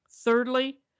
Thirdly